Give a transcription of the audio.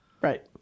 Right